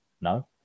No